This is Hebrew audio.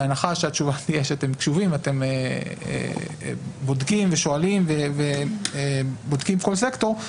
בהנחה שהתשובה תהיה שאתם קשובים ואתם בודקים ושואלים ובודקים כל סקטור,